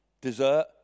dessert